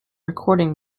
recording